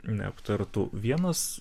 neaptartų vienas